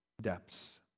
depths